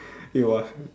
it was